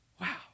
Wow